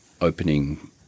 opening